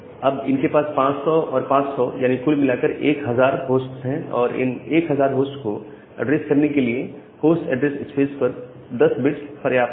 अब इनके पास 500 और 500 यानी कुल मिलाकर 1000 होस्ट हैं और इन 1000 होस्ट को एड्रेस करने के लिए होस्ट ऐड्रेस स्पेस पर 10 बिट्स पर्याप्त हैं